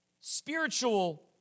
spiritual